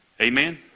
Amen